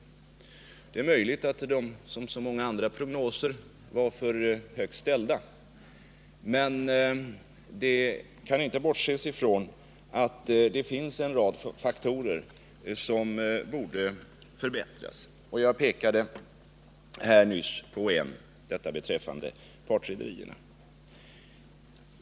Det är möjligt att de, som så många andra prognoser, utgick från för högt ställda förväntningar, men man kan inte bortse från att det finns en rad faktorer som borde förbättras. Jag pekade nyss på en — reglerna för partrederierna.